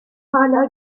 hala